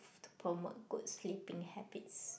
to promote good sleeping habits